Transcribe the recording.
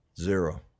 Zero